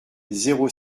zéro